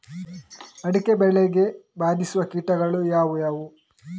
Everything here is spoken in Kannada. ಅಡಿಕೆ ಬೆಳೆಗೆ ಬಾಧಿಸುವ ಕೀಟಗಳು ಯಾವುವು?